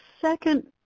second